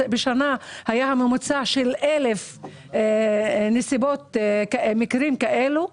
בשנה היה ממוצע של 1,000 מקרים כאלה.